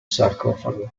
sarcofago